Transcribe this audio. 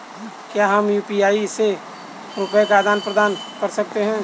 क्या हम यू.पी.आई से रुपये का आदान प्रदान कर सकते हैं?